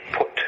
put